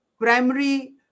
primary